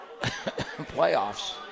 playoffs